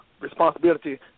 responsibility